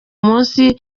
munsi